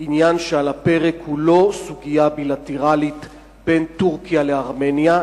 העניין שעל הפרק הוא לא סוגיה בילטרלית בין טורקיה לארמניה,